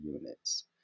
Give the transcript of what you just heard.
units